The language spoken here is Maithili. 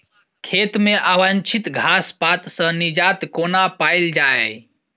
खेत मे अवांछित घास पात सऽ निजात कोना पाइल जाइ?